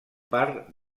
part